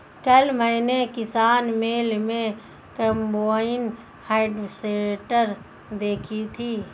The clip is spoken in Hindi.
कल मैंने किसान मेले में कम्बाइन हार्वेसटर देखी थी